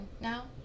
now